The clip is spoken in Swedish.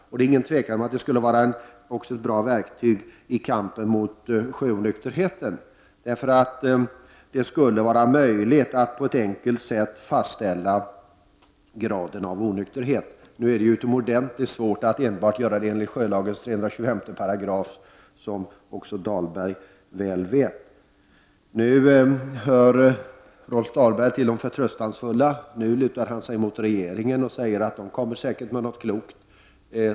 Och det är inget tvivel om att det även skulle vara ett bra verktyg i kampen mot sjöonykterhet. Det skulle då vara möjligt att på ett enkelt sätt fastställa graden av onykterhet. Nu är det ju utomordentligt svårt att göra det enbart enligt sjölagens 325 §, vilket Rolf Dahlberg mycket väl vet. Rolf Dahlberg hör till de förtröstansfulla, och han lutar sig nu mot regeringen och säger att regeringen nog kommer med något klokt.